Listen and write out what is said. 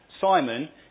Simon